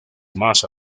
más